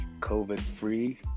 COVID-free